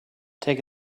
take